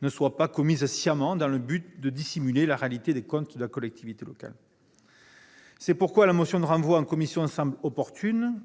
ne soit pas commise sciemment dans le but de dissimuler la réalité des comptes de la collectivité locale. C'est pourquoi la motion de renvoi en commission semble opportune.